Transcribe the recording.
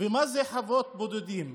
מה זה חוות בודדים?